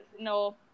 No